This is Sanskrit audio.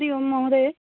हरिः ओं महोदय